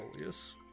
yes